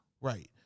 Right